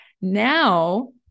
now